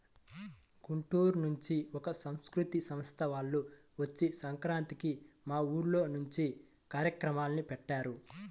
గుంటూరు నుంచి ఒక సాంస్కృతిక సంస్థ వాల్లు వచ్చి సంక్రాంతికి మా ఊర్లో మంచి కార్యక్రమాల్ని పెట్టారు